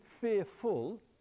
fearful